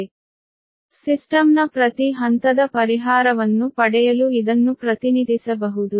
ಆದ್ದರಿಂದ ಸಿಸ್ಟಮ್ನ ಪ್ರತಿ ಹಂತದ ಪರಿಹಾರವನ್ನು ಪಡೆಯಲು ಇದನ್ನು ಪ್ರತಿನಿಧಿಸಬಹುದು